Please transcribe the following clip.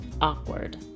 awkward